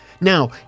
Now